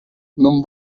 non